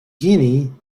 guinea